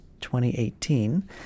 2018